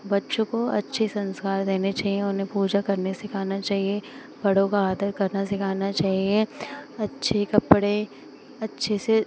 बच्चों को अच्छे संस्कार देने चाहिए उन्हें पूजा करने सिखाना चाहिए बड़ों का आदर करना सिखाना चाहिए अच्छे कपड़े अच्छे से